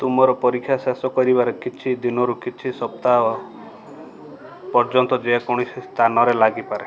ତୁମର ପରୀକ୍ଷା ଶେଷ କରିବାରେ କିଛି ଦିନରୁ କିଛି ସପ୍ତାହ ପର୍ଯ୍ୟନ୍ତ ଯେକୌଣସି ସ୍ଥାନରେ ଲାଗିପାରେ